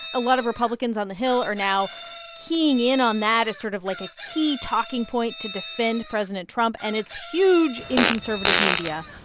a lot of republicans on the hill are now keying in on that as sort of, like, a key talking point to defend president trump. and it's huge in conservative media.